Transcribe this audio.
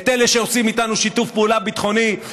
את אלה שעושים איתנו שיתוף פעולה ביטחוני,